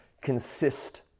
consist